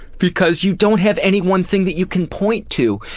because you don't have any one thing that you can point to,